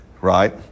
Right